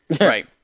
Right